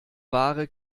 wahre